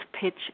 pitch